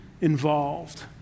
involved